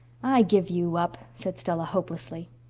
i give you up, said stella hopelessly.